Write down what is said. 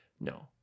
No